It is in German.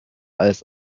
als